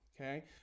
okay